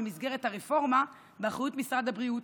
במסגרת הרפורמה באחריות משרד הבריאות,